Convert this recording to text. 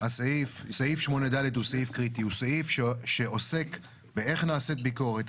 הוא סעיף שעוסק באיך נעשית ביקורת,